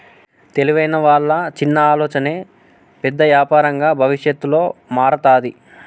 తెలివైన వాళ్ళ చిన్న ఆలోచనే పెద్ద యాపారంగా భవిష్యత్తులో మారతాది